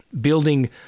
building